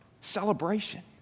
Celebration